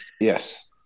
Yes